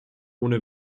ohne